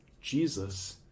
Jesus